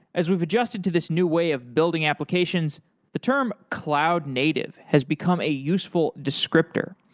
as we've adjusted to this new way of building applications the term cloud native has become a useful descriptor.